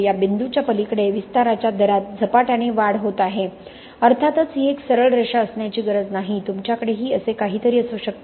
या बिंदूच्या पलीकडे विस्ताराच्या दरात झपाट्याने वाढ होत आहे अर्थातच ही एक सरळ रेषा असण्याची गरज नाही तुमच्याकडेही असे काहीतरी असू शकते